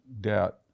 debt